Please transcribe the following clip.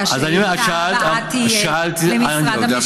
כי השאילתה הבאה תהיה למשרד המשפטים.